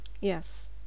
Yes